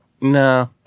No